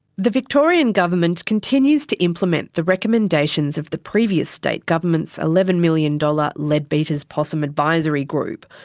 the victorian government continues to implement the recommendations of the previous state government's eleven million dollars leadbeater's possum advisory group,